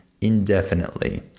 indefinitely